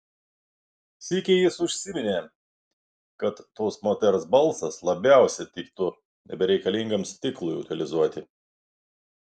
sykį jis užsiminė kad tos moters balsas labiausiai tiktų nebereikalingam stiklui utilizuoti